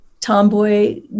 tomboy